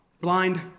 Blind